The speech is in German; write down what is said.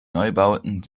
neubauten